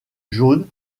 jaune